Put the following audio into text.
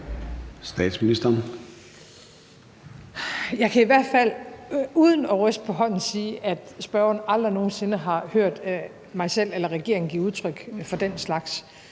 Frederiksen): Jeg kan i hvert fald uden at ryste på hånden sige, at spørgeren aldrig nogen sinde har hørt mig eller regeringen give udtryk for den slags,